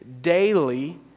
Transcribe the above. daily